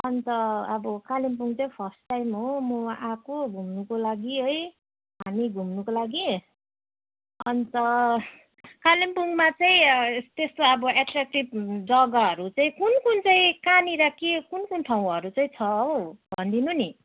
अन्त अब कालिम्पोङ चाहिँ फर्स्ट टाइम हो म आएको घुम्नुको लागि है हामी घुम्नुको लागि अन्त कालिम्पोङमा चाहिँ त्यस्तो अब एट्र्याकटिभ जग्गाहरू चाहिँ कुन कुन चाहिँ कहाँनिर कुन कुन ठाउँहरू चाहिँ छ हौ भनिदिनु नि